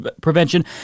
prevention